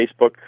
Facebook